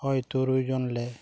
ᱳᱭ ᱛᱩᱨᱩᱭ ᱡᱚᱱᱞᱮ